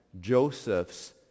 Joseph's